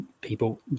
people